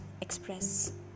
express